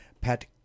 Pat